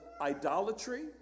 idolatry